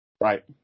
Right